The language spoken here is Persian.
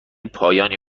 پایانی